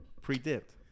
pre-dipped